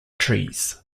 trees